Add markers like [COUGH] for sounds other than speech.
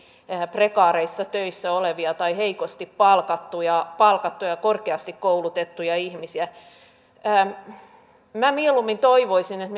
prekaareissa töissä olevia tai heikosti palkattuja palkattuja korkeasti koulutettuja ihmisiä mieluummin toivoisin että [UNINTELLIGIBLE]